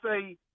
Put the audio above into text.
say